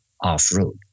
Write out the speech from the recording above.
off-road